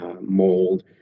mold